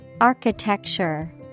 Architecture